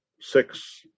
six